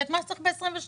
ואת מה שצריך ב-22'.